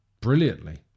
brilliantly